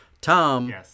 Tom